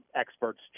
experts